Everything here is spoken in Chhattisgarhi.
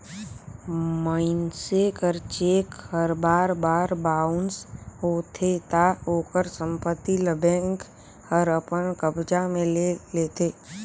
मइनसे कर चेक हर बार बार बाउंस होथे ता ओकर संपत्ति ल बेंक हर अपन कब्जा में ले लेथे